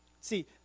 See